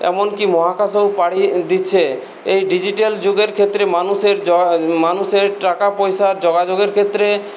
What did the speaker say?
এমনকি মহাকাশেও পাড়ি দিচ্ছে এই ডিজিটাল যুগের ক্ষেত্রে মানুষের য মানুষের টাকা পয়সার যোগাযোগের ক্ষেত্রে